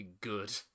good